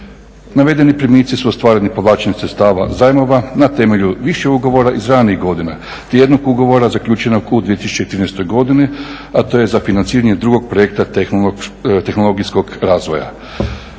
Navedeni primici su ostvareni povlačenjem sredstava zajmova za temelju više ugovora iz ranijih godina, te jednog ugovora zaključenog u 2013. godini a to je za financiranje drugog projekta tehnologijskog razvoja.